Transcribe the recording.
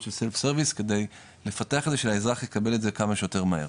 של self service כדי לפתח את זה שהאזרח יקבל את זה כמה שיותר מהר.